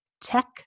tech